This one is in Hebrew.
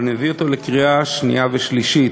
ואני מביא אותו לקריאה שנייה ושלישית.